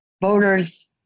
voters